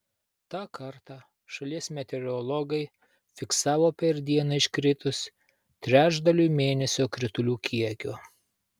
tą kartą šalies meteorologai fiksavo per dieną iškritus trečdaliui mėnesio kritulių kiekio